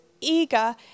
eager